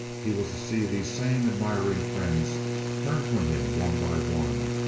he was to see these same admiring friends turn from him one by one,